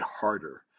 harder